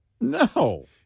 No